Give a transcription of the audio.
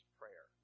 prayer